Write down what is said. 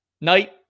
night